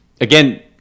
again